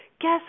guess